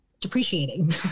depreciating